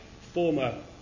former